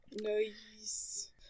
Nice